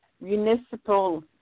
municipal